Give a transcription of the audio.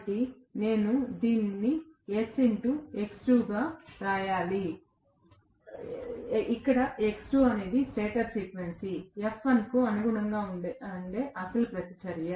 కాబట్టి నేను దీనిని sX2 గా వ్రాయాలి ఇక్కడ X2 అనేది స్టేటర్ ఫ్రీక్వెన్సీ f1 కు అనుగుణమైన అసలు ప్రతిచర్య